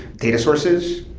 data sources,